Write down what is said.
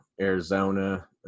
Arizona